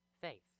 faith